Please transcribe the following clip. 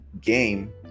game